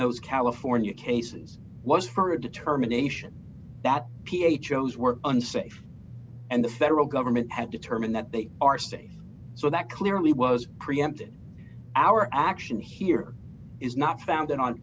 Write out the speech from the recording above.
those california cases was for a determination that p h o's were unsafe and the federal government has determined that they are state so that clearly was preempted our action here is not founded on